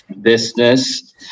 Business